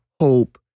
hope